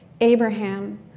Abraham